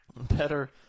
better